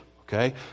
okay